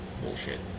bullshit